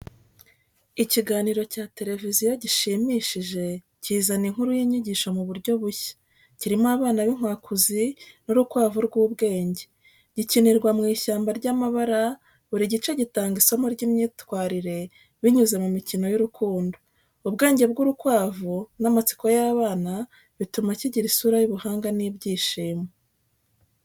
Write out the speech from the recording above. Ikiganiro cya televiziyo gishimishije kizana inkuru y’inyigisho mu buryo bushya, kirimo abana b’inkwakuzi n’urukwavu rw’ubwenge. Gikinirwa mu ishyamba ry’amabara, buri gice gitanga isomo ry’imyitwarire binyuze mu mikino y’urukundo. Ubwenge bw’urukwavu n’amatsiko y’abana bituma kigira isura y’ubuhanga n’ibyishimo.